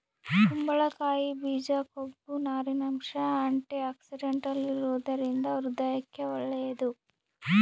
ಕುಂಬಳಕಾಯಿ ಬೀಜ ಕೊಬ್ಬು, ನಾರಿನಂಶ, ಆಂಟಿಆಕ್ಸಿಡೆಂಟಲ್ ಇರುವದರಿಂದ ಹೃದಯಕ್ಕೆ ಒಳ್ಳೇದು